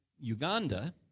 Uganda